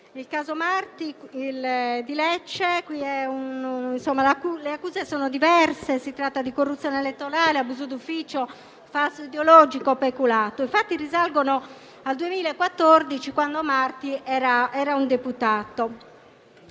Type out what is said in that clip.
il tribunale di Lecce. Le accuse sono diverse: corruzione elettorale, abuso d'ufficio, falso ideologico, peculato. I fatti risalgono al 2014, quando Marti era un deputato.